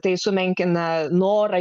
tai sumenkina norą